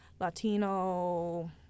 Latino